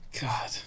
god